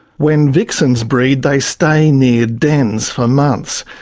when vixens breed they stay near dens for months.